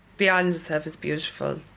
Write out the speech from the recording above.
the island itself is beautiful,